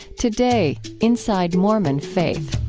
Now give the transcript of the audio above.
today, inside mormon faith.